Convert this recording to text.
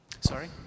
Sorry